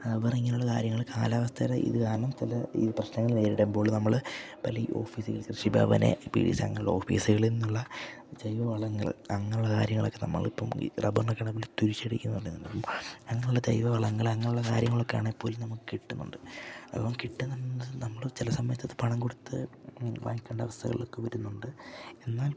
rubber ഇങ്ങനെയുള്ള കാര്യങ്ങൾ കാലാവസ്ഥയുടെ ഇത് കാരണം ചില ഈ പ്രശ്നങ്ങൾ നേരിടുമ്പോൾ നമ്മൾ പല ഈ ഓഫീസിൽ കൃഷി ഭവന് പിടിസി അങ്ങനെയുള്ള ഓഫീസുകളിൽ നിന്നുള്ള ജൈവ വളങ്ങൾ അങ്ങനെയുള്ള കാര്യങ്ങളൊക്കെ നമ്മൾ ഇപ്പം റബ്ബറിനൊക്കെ ആണെങ്കിൽ നമ്മൾ തുരിശടിക്കുക എന്ന് പറഞ്ഞ അങ്ങനെയുള്ള ജൈവ വളങ്ങൾ അങ്ങനെയുള്ള കാര്യങ്ങളൊക്കെ ആണേൽപ്പോലും നമുക്ക് കിട്ടുന്നുണ്ട് അപ്പം കിട്ടുന്നുണ്ടെങ്കിലും നമ്മള് ചില സമയത്ത് അത് പണം കൊടുത്തു വാങ്ങിക്കേണ്ട അവസ്ഥകളൊക്കെ വരുന്നുണ്ട് എന്നാൽപ്പോലും